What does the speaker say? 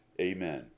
Amen